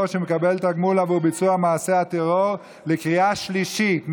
שמקבל תגמול עבור ביצוע מעשה הטרור בקריאה שלישית.